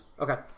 Okay